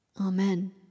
Amen